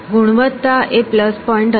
ગુણવત્તા એ plus point હતો